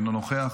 אינו נוכח,